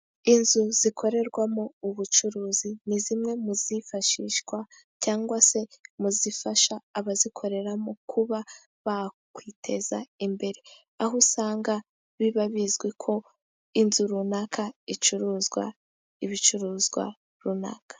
Inzu zikorerwamo ubucuruzi, ni zimwe muzifashishwa cyangwa se mu zifasha abazikorera mo kuba bakwiteza imbere, aho usanga biba bizwi ko inzu runaka icuruza ibicuruzwa runaka.